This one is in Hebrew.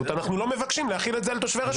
אנחנו לא מבקשים להחיל את זה על תושבי הרשות.